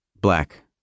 Black